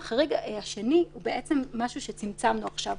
החריג השני הוא משהו שצמצמנו עכשיו.